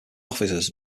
officers